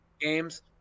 games